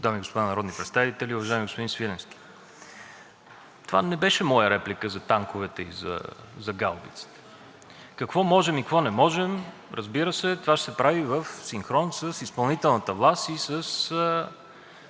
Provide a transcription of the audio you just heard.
Какво можем и какво не можем, разбира се, това ще се прави в синхрон с изпълнителната власт и с анализа, който предстои да направи Министерството на отбраната. То вече е правено.